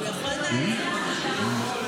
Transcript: הוא יכול דקה מהצד.